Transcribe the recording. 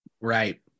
Right